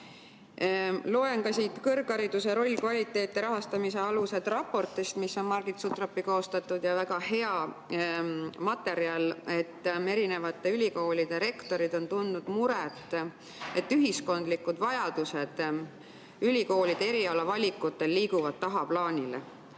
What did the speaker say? Loen ka siit raportist "Kõrghariduse roll, kvaliteet ja rahastamise alused", mis on Margit Sutropi koostatud ja väga hea materjal, et erinevate ülikoolide rektorid on tundnud muret, et ühiskonna vajadused ülikoolide erialavalikutel liiguvad tahaplaanile.